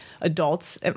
adults